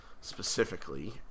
Specifically